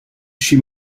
she